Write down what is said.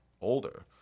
older